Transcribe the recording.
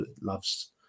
loves